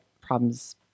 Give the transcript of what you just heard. problems